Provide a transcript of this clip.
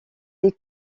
des